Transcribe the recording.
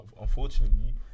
Unfortunately